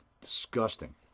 Disgusting